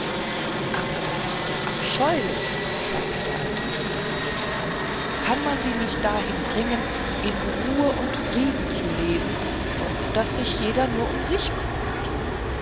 aber das ist ja abscheulich sagte der alte krib bel krabbel kann man sie nicht dahin bringen in ruhe und frieden zu leben und daß sich jedes nur um sich bekümmert